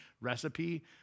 recipe